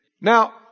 Now